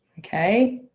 okay